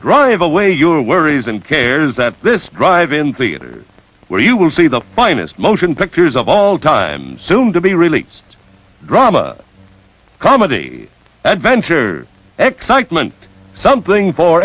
drive away your worries and cares that this drive in theater where you will see the finest motion pictures of all time soon to be released drama comedy adventure excitement something for